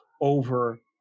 over